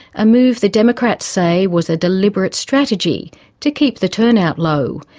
a move the democrats say was a deliberate strategy to keep the turnout low,